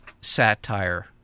satire